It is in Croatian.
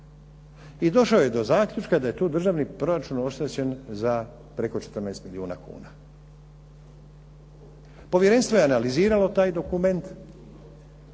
i došao je do zaključka da je tu državni proračun oštećen za preko 14 milijuna kuna. Povjerenstvo je analiziralo taj dokument